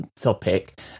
topic